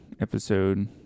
episode